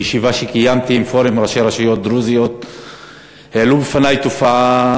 בישיבה שקיימתי עם פורום ראשי הרשויות הדרוזיות העלו בפני תופעה